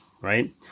right